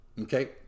Okay